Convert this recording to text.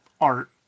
art